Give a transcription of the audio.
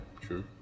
true